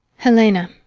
helena,